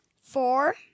four